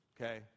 Okay